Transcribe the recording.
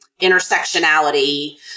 intersectionality